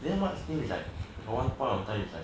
then what seems like got one point of time it's like